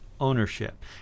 ownership